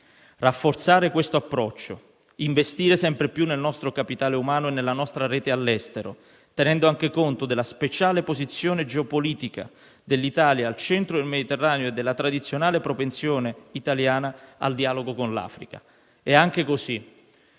rafforzando questo approccio e investendo sempre più nel nostro capitale umano e nella nostra rete all'estero, tenendo anche conto della speciale posizione geopolitica dell'Italia al centro del Mediterraneo e della tradizionale propensione italiana al dialogo con l'Africa, potremo